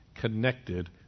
connected